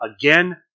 Again